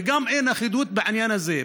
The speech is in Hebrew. וגם אין אחידות בעניין הזה,